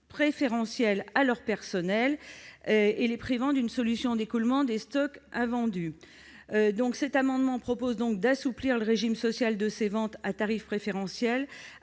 préférentiel à leur personnel, les privant d'une solution d'écoulement des stocks invendus. Cet amendement vise donc à assouplir le régime social de ces ventes à tarif préférentiel